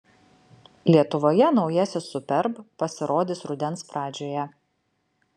lietuvoje naujasis superb pasirodys rudens pradžioje